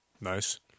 Nice